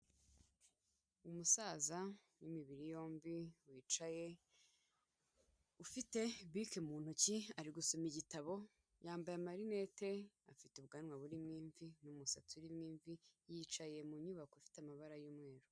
Umusaza w'imibiri yombi wicaye, ufite bike mu ntoki, ari gusoma igitabo, yambaye amarinete, afite ubwanwa burimo imvi n'umusatsi urimo imvi, yicaye mu nyubako ifite amabara y'umweru.